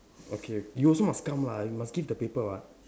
okay you also must come lah you must give the paper what